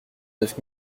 neuf